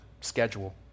schedule